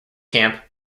camp